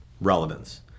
Relevance